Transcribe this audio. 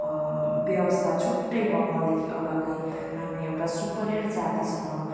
व्यवस्था छुट्टै बङ्गालदेखि अलग्गै हामी एउटा सुपेरियर जातिसँग